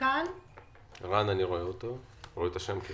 מעבר להסדרת הסיוע שצריך להתבצע באופן